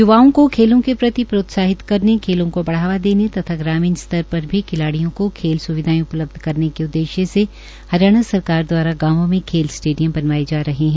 य्वाओं के खेलों के प्रति प्रोत्साहित करने खेलों को बढ़ावा देने तथा ग्रामीण स्तर पर भी खिलाडिय़ों को खेल स्विधाएं उपलब्ध कराने के उददेश्य से हरियाणा सरकार दवारा गांवों में खेल स्टेडियम बनाए जा रहे है